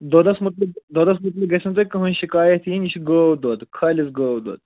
دۄدَس مُتعلِق دۄدَس مُتعلِق گژھِ نہٕ تۄہہِ کٕہٕنۍ شِکایَت یِنۍ یہِ چھِ گٲو دۄد خٲلِس گٲو دۄد